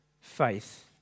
faith